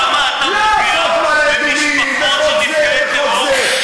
למה אתה פוגע במשפחות של נפגעי טרור ומצביע נגד החוק הזה?